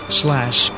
slash